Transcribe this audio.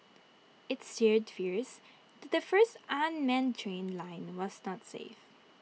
IT stirred fears that the first unmanned train line was not safe